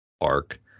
arc